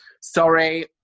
sorry